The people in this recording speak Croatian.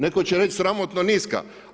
Netko će reći sramotno niska.